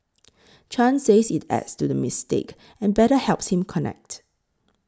Chan says it adds to the mystique and better helps him connect